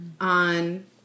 on